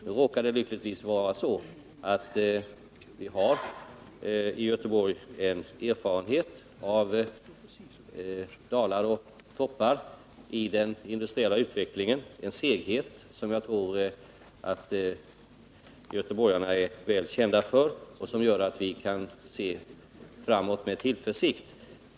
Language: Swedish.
Nu råkar det lyckligtvis vara så att vi i Göteborg har en erfarenhet av dalar och toppar i den industriella utvecklingen och en seghet, som jag tror att göteborgarna är väl kända för och som gör att vi kan se framåt med tillförsikt.